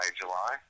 July